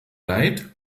leid